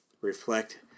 reflect